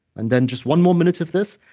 and then just one more minute of this,